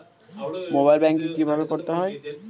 Mobile banking কীভাবে করতে হয়?